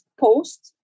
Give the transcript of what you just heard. post